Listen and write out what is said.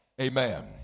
Amen